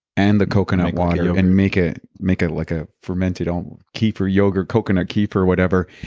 and the coconut water, and make it make it like a fermented um kefir, yogurt coconut kefir whatever,